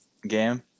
game